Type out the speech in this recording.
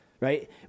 right